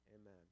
Amen